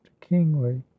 kingly